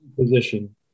position